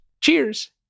Cheers